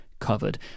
covered